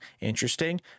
interesting